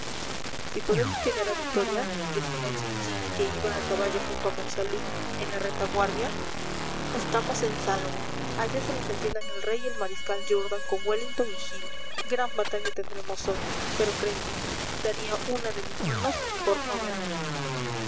si podemos llegar a vitoria decía jean jean que iba a caballo junto a monsalud en la retaguardia estamos en salvo allá se las entiendan el rey y el mariscal jourdan con wellington y hill gran batalla tendremos hoy pero créeme daría una de mis manos por no verla